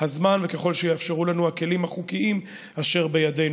וככל שיאפשרו לנו הכלים החוקיים אשר בידינו.